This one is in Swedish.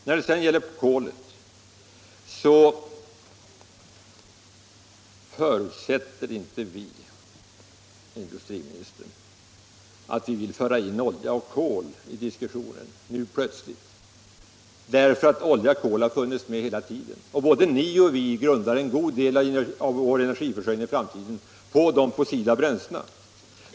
När det sedan gäller kolet förutsätter inte vi, herr industriminister, att man nu helt plötsligt skall föra in olja och kol i diskussionen; olja och kol har ju funnits med i diskussionen hela tiden, och både ni och vi grundar en god del av vår energiförsörjning i framtiden på tillgången till de fossila bränslena.